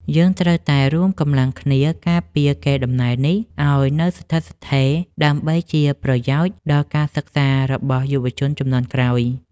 យើងត្រូវតែរួមកម្លាំងគ្នាការពារកេរដំណែលនេះឱ្យនៅស្ថិតស្ថេរដើម្បីជាប្រយោជន៍ដល់ការសិក្សារបស់យុវជនជំនាន់ក្រោយ។